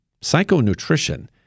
Psychonutrition